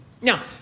Now